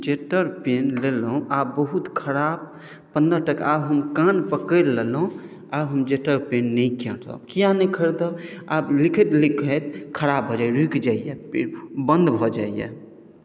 jetter pen लेलहुँ आ बहुत खराब पन्द्रह टाका आब हम कान पकड़ि लेलहुँ आब हम जेटर पेन नहि खरिदब किया नहि खरीदब लिखैत लिखैत खराब भऽ जाइए रुकि जाइए बन्द भऽ जाइए